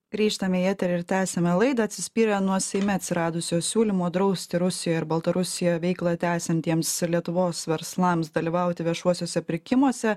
grįžtam į eterį ir tęsiame laidą atsispyrę nuo seime atsiradusio siūlymo drausti rusijo ar baltarusijoje veiklą tęsiantiems lietuvos verslams dalyvauti viešuosiuose pirkimuose